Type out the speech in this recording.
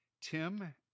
tim